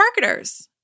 marketers